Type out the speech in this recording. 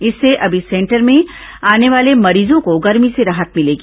इससे अब इस सेंटर में आने वाले मरीजों को गर्मी से राहत मिलेगी